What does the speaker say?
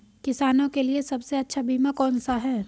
किसानों के लिए सबसे अच्छा बीमा कौन सा है?